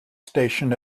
station